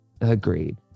Agreed